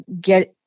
get